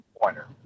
pointer